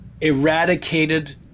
eradicated